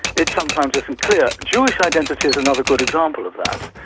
it sometimes isn't clear. jewish identity is another good example of that.